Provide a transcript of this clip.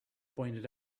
pointed